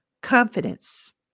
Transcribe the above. confidence